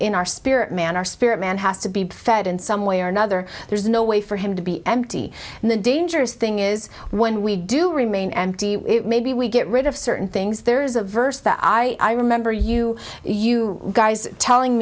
in our spirit man our spirit man has to be fed in some way or another there's no way for him to be empty and the dangerous thing is when we do remain and maybe we get rid of certain things there's a verse that i remember you you guys telling